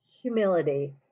humility